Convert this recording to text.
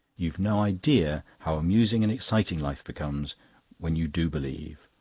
you've no idea how amusing and exciting life becomes when you do believe.